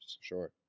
sure